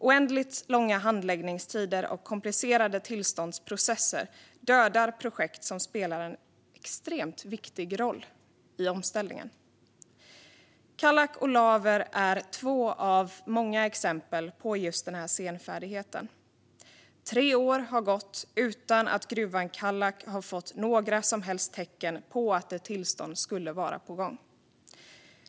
Oändligt långa handläggningstider och komplicerade tillståndsprocesser dödar projekt som spelar en extremt viktig roll i omställningen. Kallak och Laver är två av många exempel på denna senfärdighet. Tre år har gått utan att gruvan Kallak fått några som helst tecken på att ett tillstånd skulle vara på gång.